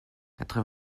quatre